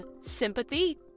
sympathy